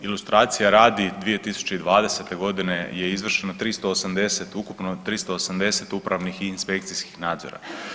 Ilustracije radi 2020. godine je izvršeno 380, ukupno 380 upravnih i inspekcijskih nadzora.